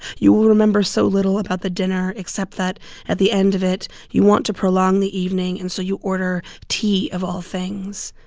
you will remember so little about the dinner except that at the end of it, you want to prolong the evening, and so you order tea of all things.